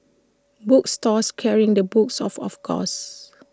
book stores carrying the books of of course